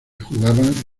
jugaban